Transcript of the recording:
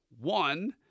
One